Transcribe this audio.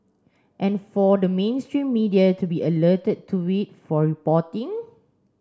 and for the mainstream media to be alerted to it for reporting